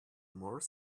more